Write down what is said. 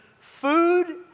food